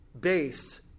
based